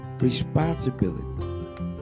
responsibility